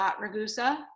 Ragusa